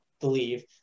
believe